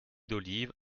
d’olive